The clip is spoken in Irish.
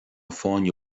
fáinne